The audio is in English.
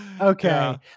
Okay